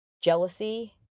jealousy